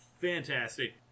Fantastic